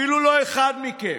אפילו לא אחד מכם.